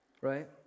Right